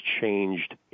changed